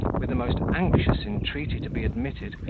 with the most anxious entreaty to be admitted,